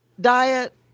diet